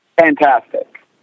Fantastic